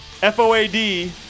FOAD